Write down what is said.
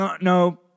No